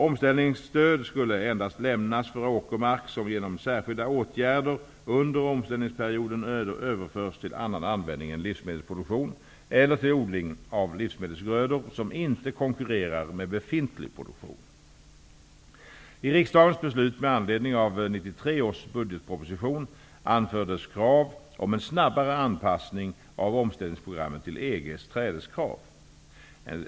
Omställningsstöd skulle endast lämnas för åkermark som genom särskilda åtgärder under omställningsperioden överförs till annan användning än livsmedelsproduktion eller till odling av livsmedelsgrödor som inte konkurrerar med befintlig produktion. I riksdagens beslut med anledning av 1993 års budgetproposition anfördes krav om en snabbare anpassning av omställningsprogrammet till EG:s trädeskrav.